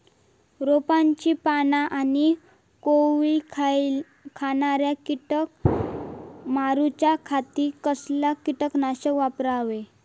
रोपाची पाना आनी कोवरी खाणाऱ्या किडीक मारूच्या खाती कसला किटकनाशक वापरावे?